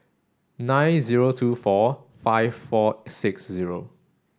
nine zero two four five four six zero